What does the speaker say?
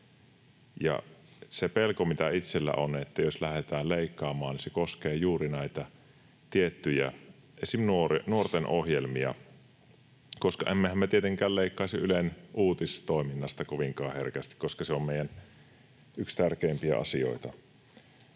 se pelko, mikä itsellä on, on se, että jos lähdetään leikkaamaan, niin se koskee juuri näitä tiettyjä, esim. nuortenohjelmia. Emmehän te tietenkään leikkaisi Ylen uutistoiminnasta kovinkaan herkästi, koska se on yksi meidän tärkeimpiä asioita.